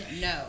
no